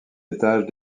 étages